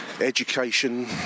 education